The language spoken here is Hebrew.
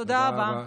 תודה רבה.